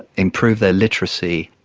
improve their literacy.